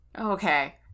Okay